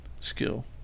skill